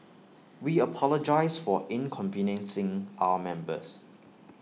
we apologise for inconveniencing our members